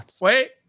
wait